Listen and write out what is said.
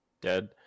Dead